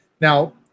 Now